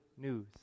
news